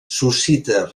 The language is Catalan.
suscita